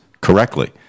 correctly